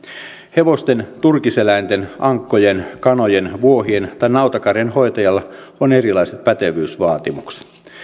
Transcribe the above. hevosten turkiseläinten ankkojen kanojen vuohien tai nautakarjan hoitajalla on erilaiset pätevyysvaatimukset